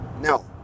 No